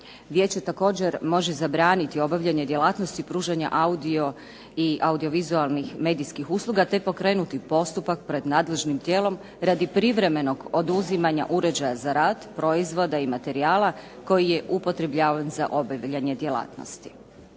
Vijeće također može zabraniti obavljanje djelatnosti pružanja audio i audio-vizualnih medijskih usluga te pokrenuti postupak pred nadležnim tijelom radi privremenog oduzimanja uređaja za rad, proizvoda i materijala koji je upotrebljavan za obavljanje djelatnosti.